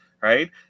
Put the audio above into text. right